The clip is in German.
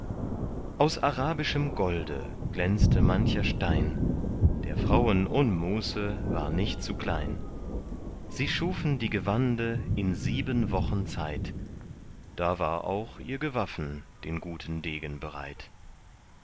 aus arabischem golde glänzte mancher stein der frauen unmuße war nicht zu klein sie schufen die gewande in sieben wochen zeit da war auch ihr gewaffen den guten degen bereit